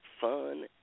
fun